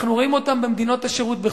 אנחנו רואים אותם במדינות השירות בחוץ-לארץ,